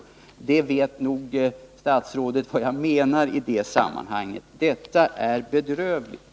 Statsrådet vet nog vad jag menar i det sammanhanget. Detta är bedrövligt.